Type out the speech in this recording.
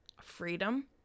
freedom